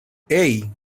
hey